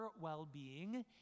well-being